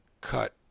cut